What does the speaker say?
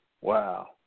Wow